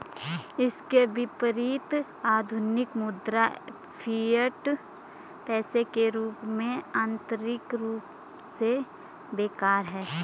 इसके विपरीत, आधुनिक मुद्रा, फिएट पैसे के रूप में, आंतरिक रूप से बेकार है